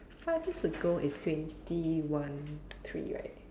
five years ago is twenty one three right